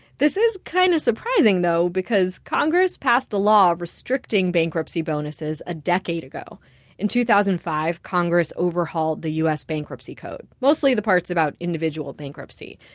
this is kind of surprising, though, because congress passed a law restricting bankruptcy bonuses a decade ago in two thousand and five, congress overhauled the u s. bankruptcy code, mostly the parts about individual bankruptcy.